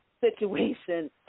situation